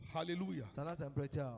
Hallelujah